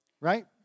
right